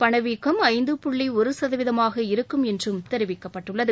பணவீக்கம் ஐந்து புள்ளி ஒரு சதவீதமாக இருக்கும் என்றும் தெரிவிக்கப்பட்டுள்ளது